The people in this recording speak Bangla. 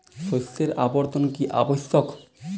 শস্যের আবর্তন কী আবশ্যক?